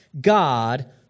God